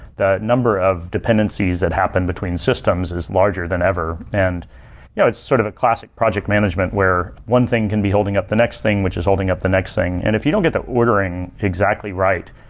the number of dependencies that happen between systems is larger than ever. and you know it's sort of a classic project management where one thing can be holding up the next thing, which is holding up the next thing. and if you don't get the ordering exactly right,